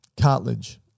Cartilage